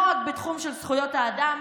לא רק בתחום של זכויות האדם,